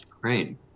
great